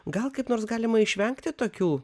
gal kaip nors galima išvengti tokių